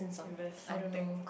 invest something